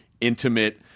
intimate